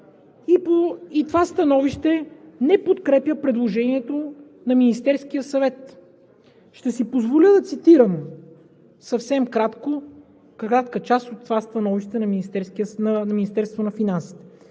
и това становище не подкрепя предложението на Министерския съвет. Ще си позволя да цитирам съвсем кратка част от това становище на Министерството на финансите: